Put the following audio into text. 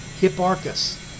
Hipparchus